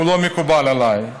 הוא לא מקובל עליי.